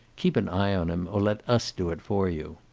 keep an eye on him, or let us do it for you.